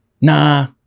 nah